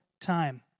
time